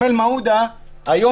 היום,